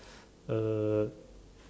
uh